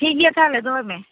ᱴᱷᱤᱠ ᱜᱮᱭᱟ ᱛᱟᱦᱚᱞᱮ ᱫᱚᱦᱚᱭ ᱢᱮ